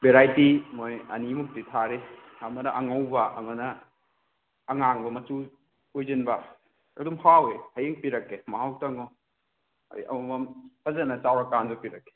variety ꯃꯣꯏ ꯑꯅꯤꯃꯨꯛꯇꯤ ꯊꯥꯔꯤ ꯑꯃꯅ ꯑꯉꯧꯕ ꯑꯃꯅ ꯑꯉꯥꯡꯕ ꯃꯆꯨ ꯑꯣꯏꯁꯤꯟꯕ ꯑꯗꯨꯝ ꯍꯥꯎꯋꯦ ꯍꯌꯦꯡ ꯄꯤꯔꯛꯀꯦ ꯃꯍꯥꯎ ꯇꯪꯉꯣ ꯑꯩ ꯑꯃꯃꯝ ꯐꯖꯅ ꯆꯥꯎꯔꯀꯥꯟꯗ ꯄꯤꯔꯛꯀꯦ